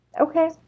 Okay